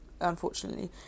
unfortunately